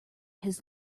his